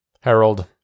Harold